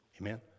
Amen